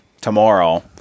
tomorrow